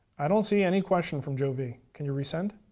i don't see any question from joe v. can you resend?